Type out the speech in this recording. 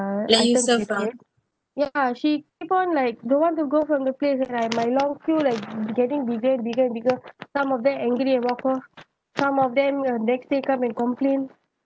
uh then you serve her ya she keep on like don't want to go from the place then like my long queue like getting bigger and bigger and bigger some of them angry and walk off some of them next day come and complain